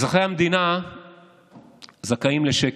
אזרחי המדינה זכאים לשקט.